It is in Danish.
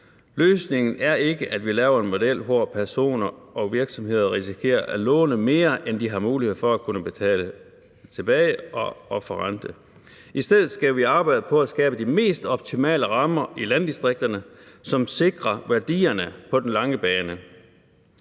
Løsningen er ikke, at vi laver en model, hvor personer og virksomheder risikerer at låne mere, end de har mulighed for at kunne betale tilbage og forrente. I stedet skal vi arbejde på at skabe de mest optimale rammer i landdistrikterne, som sikrer værdierne på den lange bane.